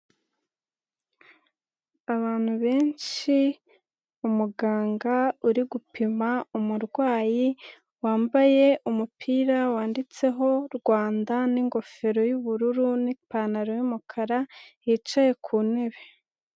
Abantu benshi umuganga uri gupima umurwayi wambaye umupira wanditseho Rwanda n'ingofero y'ubururu n'ipantaro y'umukara yicaye ku ntebe.